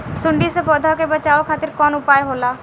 सुंडी से पौधा के बचावल खातिर कौन उपाय होला?